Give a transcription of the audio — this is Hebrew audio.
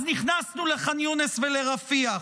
אז נכנסנו לח'אן יונס ולרפיח,